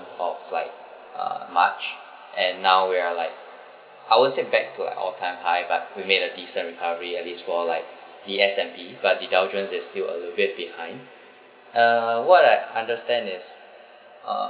of like uh march and now we're like I will check back to our time high but we made a decent recovery at least for like the S_N_B but the Dow Jones is still a little bit behind uh what I understand is uh